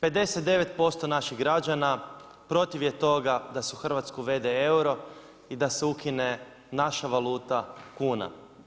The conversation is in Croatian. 59% naših građana protiv je toga da se u Hrvatsku uvede euro i da se ukine naša valuta kuna.